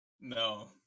No